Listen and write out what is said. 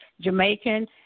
Jamaican